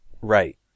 Right